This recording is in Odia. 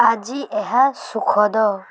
ଆଜି ଏହା ସୁଖଦ